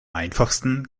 einfachsten